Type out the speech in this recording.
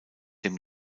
dem